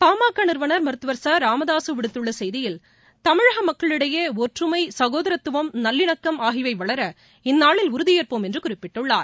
பாமக நிறுவனர் மருத்துவர் ச ராமதாசு விடுத்துள்ள செய்தியில் தமிழக மக்களிடையே ஒற்றுமை சகோதரத்துவம் நல்லிணக்கம் ஆகியவை வளர இந்நாளில் உறுதியேற்போம் என்று குறிப்பிட்டுள்ளார்